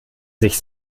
sich